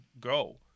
go